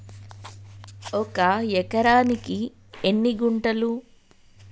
ఒక ఎకరానికి ఎన్ని గుంటలు?